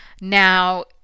Now